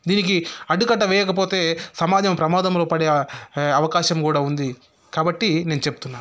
దీనికి అడ్డుకట్ట వేయకపోతే సమాజం ప్రమాదంలో పడే అవకాశం కూడా ఉంది కాబట్టి నేను చెప్తున్నాను